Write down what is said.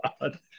God